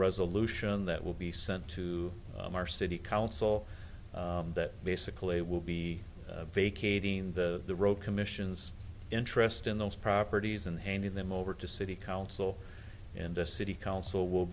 resolution that will be sent to our city council that basically will be vacating the the road commission's interest in those properties and handing them over to city council and the city council will